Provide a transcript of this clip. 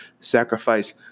Sacrifice